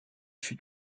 fut